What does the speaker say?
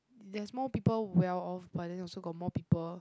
there's more people well off but then also got more people